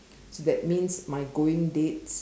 so that means my going date